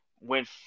went